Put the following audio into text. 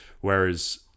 Whereas